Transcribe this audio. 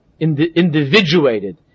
individuated